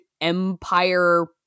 empire